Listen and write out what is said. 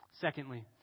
Secondly